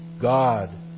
God